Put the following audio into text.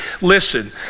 Listen